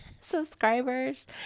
subscribers